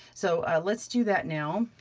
so let's do that now.